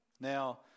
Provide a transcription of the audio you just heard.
Now